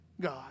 God